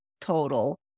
total